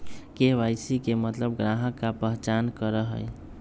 KYC के मतलब ग्राहक का पहचान करहई?